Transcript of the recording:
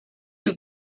you